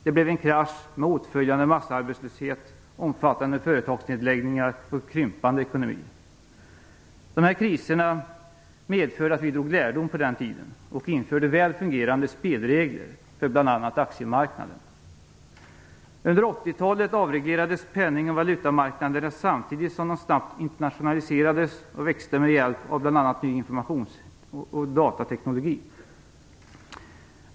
Det blev en krasch med åtföljande massarbetslöshet, omfattande företagsnedläggningar och krympande ekonomi. Dessa kriser medförde att vi drog lärdom och införde väl fungerande spelregler för bl.a. aktiemarknaden. Under 80-talet avreglerades penning och valutamarknaderna, samtidigt som de snabbt internationaliserades och växte med hjälp av bl.a. ny informationsoch datateknologi.